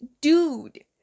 dude